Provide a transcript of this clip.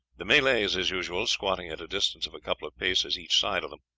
the malays, as usual, squatting at a distance of a couple of paces each side of them.